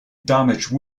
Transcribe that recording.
damage